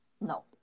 No